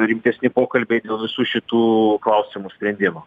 rimtesni pokalbiai dėl visų šitų klausimų sprendimo